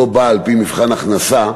שלא באה על-פי מבחן הכנסה,